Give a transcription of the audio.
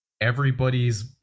everybody's